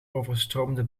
overstroomde